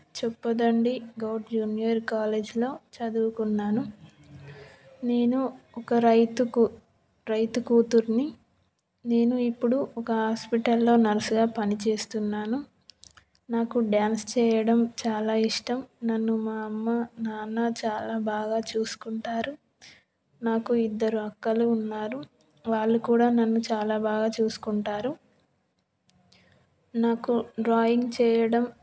Choppadandi Goud junior కాలేజ్లో చదువుకున్నాను నేను ఒక రైతుకు రైతు కూతురిని నేను ఇప్పుడు ఒక హాస్పిటల్లో నర్సుగా పనిచేస్తున్నాను నాకు డాన్స్ చేయడం చాలా ఇష్టం నన్ను మా అమ్మ నాన్న చాలా బాగా చూసుకుంటారు నాకు ఇద్దరు అక్కలు ఉన్నారు వాళ్ళు కూడా నన్ను చాలా బాగా చూసుకుంటారు నాకు డ్రాయింగ్ చేయడం